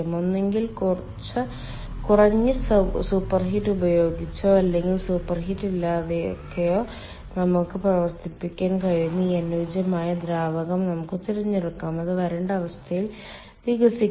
ഒന്നുകിൽ കുറഞ്ഞ സൂപ്പർഹീറ്റ് ഉപയോഗിച്ചോ അല്ലെങ്കിൽ സൂപ്പർഹീറ്റ് ഇല്ലാതെയോ നമുക്ക് പ്രവർത്തിപ്പിക്കാൻ കഴിയുന്ന ഈ അനുയോജ്യമായ ദ്രാവകം നമുക്ക് തിരഞ്ഞെടുക്കാം അത് വരണ്ട അവസ്ഥയിൽ വികസിക്കും